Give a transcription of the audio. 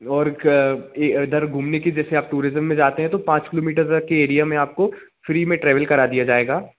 और इधर घूमने के जैसे आप टूरिज़्म में जाते हैं तो पाँच किलोमीटर तक के एरिया में आपको फ़्री में ट्रैवल करा दिया जाएगा